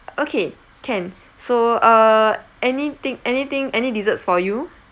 okay can so uh anything anything any desserts for you